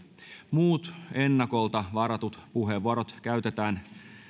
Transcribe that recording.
muut ennakolta varatut puheenvuorot käytetään